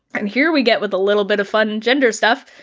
and here we get with a little bit of fun gender stuff.